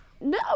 No